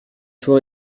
faut